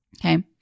Okay